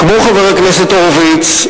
כמו חבר הכנסת הורוביץ,